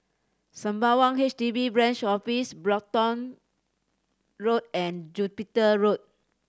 Sembawang H D B Branch Office Brompton Road and Jupiter Road